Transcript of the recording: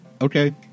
Okay